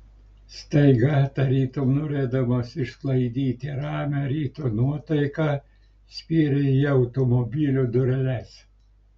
staiga tarytum norėdamas išsklaidyti ramią ryto nuotaiką spyrė į automobilio dureles